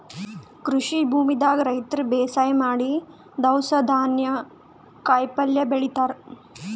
ಕೃಷಿ ಭೂಮಿದಾಗ್ ರೈತರ್ ಬೇಸಾಯ್ ಮಾಡಿ ದವ್ಸ್ ಧಾನ್ಯ ಕಾಯಿಪಲ್ಯ ಬೆಳಿತಾರ್